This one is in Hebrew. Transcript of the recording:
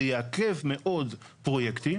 זה יעכב מאוד פרויקטים.